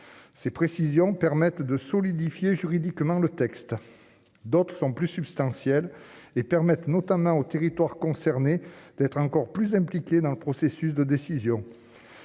ces précisions permette de solidifier juridiquement, le texte, d'autres sont plus substantiel et permettent notamment aux territoires concernés d'être encore plus impliqués dans le processus de décision,